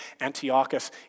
Antiochus